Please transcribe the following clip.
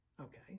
okay